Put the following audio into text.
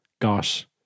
got